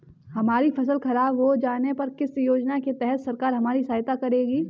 हमारी फसल खराब हो जाने पर किस योजना के तहत सरकार हमारी सहायता करेगी?